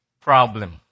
problem